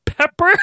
Pepper